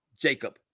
Jacob